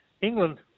England